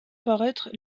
paraître